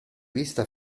vista